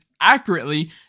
accurately